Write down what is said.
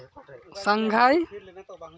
ᱥᱟᱝᱦᱟᱭ